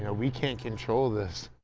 know, we can't control this.